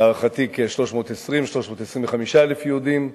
להערכתי 320,000 325,000 יהודים,